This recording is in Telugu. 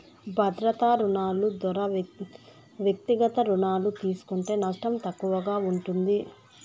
భద్రతా రుణాలు దోరా వ్యక్తిగత రుణాలు తీస్కుంటే నష్టం తక్కువగా ఉంటుంది